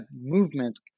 movement